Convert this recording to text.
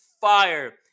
fire